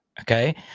Okay